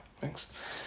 thanks